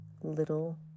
Little